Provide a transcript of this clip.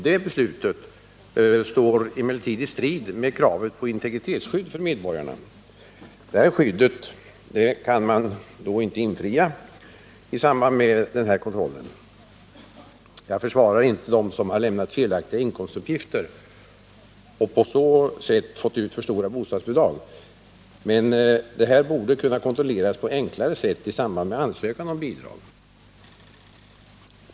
Det beslutet står i strid med kravet på integritetsskydd för medborgarna. Det skyddet kan inte upprätthållas med en sådan kontroll. Jag försvarar inte dem som har lämnat felaktiga inkomstuppgifter och på så sätt fått ut för stora bostadsbidrag, men det här borde kunna kontrolleras på enklare sätt i samband med ansökan om bidrag.